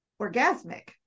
orgasmic